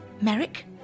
Merrick